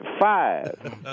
five